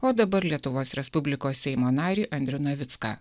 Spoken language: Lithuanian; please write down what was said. o dabar lietuvos respublikos seimo narį andrių navicką